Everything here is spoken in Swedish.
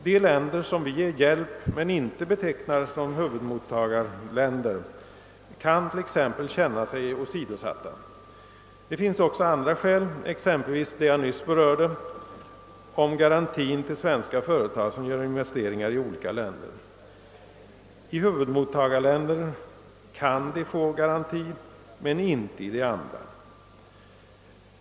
De länder som vi ger hjälp men inte betecknar som huvudmottagarländer kan t.ex. känna sig åsidosatta. Det finns också andra skäl, exempelvis det jag nyss berörde om garantin för svenska företag som gör investeringar i olika länder. I huvudmottagarländer kan de få garanti, men inte i andra.